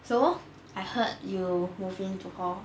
so I heard you move into hall